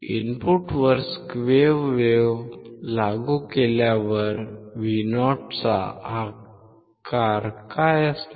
इनपुटवर square wave लागू केल्यावर Vo चा आकार काय असणार